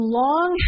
long